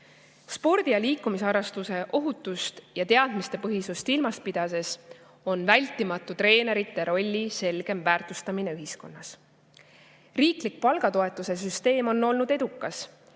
Spordi ja liikumisharrastuse ohutust ja teadmistepõhisust silmas pidades on vältimatu treenerite rolli selgem väärtustamine ühiskonnas. Riiklik palgatoetuse süsteem on olnud edukas